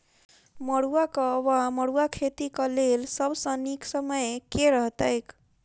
मरुआक वा मड़ुआ खेतीक लेल सब सऽ नीक समय केँ रहतैक?